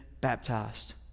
baptized